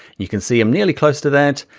you can see i'm nearly close to that,